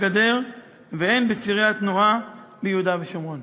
והן בצירי התנועה מיהודה ושומרון.